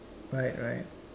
right right